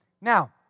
Now